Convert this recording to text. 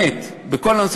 נכון שהיו הרבה לבטים,